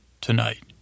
tonight